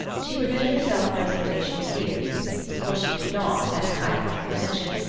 she permitted herself no sensational fears for she could not, at the height of apprehension,